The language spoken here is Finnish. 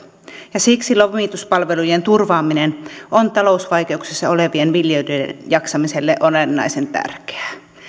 siksi lomituspalvelujen turvaaminen on talousvaikeuksissa olevien viljelijöiden jaksamiselle olennaisen tärkeää